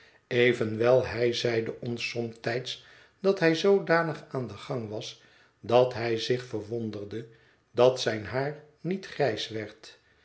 evenwel hij zeide ons somtijds dat hij zoodanig aan den gang was dat hij zich verwonderde dat zijn haar niet grijs werd